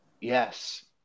Yes